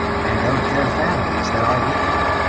and of their families, that are with you,